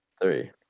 three